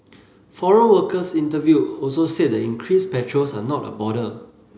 foreign workers interviewed also said the increased patrols are not a bother